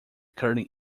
cutting